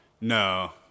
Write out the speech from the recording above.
No